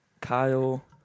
Kyle